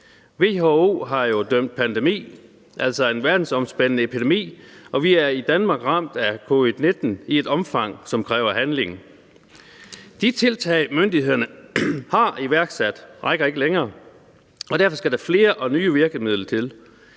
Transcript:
WHO har jo dømt pandemi, altså en verdensomspændende epidemi, og vi er i Danmark ramt af covid-19 i et omfang, som kræver handling. De tiltag, myndighederne har iværksat, rækker ikke længere, og derfor skal der flere og nye virkemidler til.